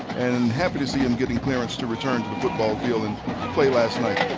and happy to see him getting clearance to return to the football field and play last night.